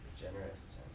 generous